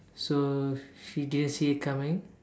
so she didn't see it coming